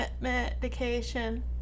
medication